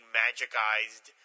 magicized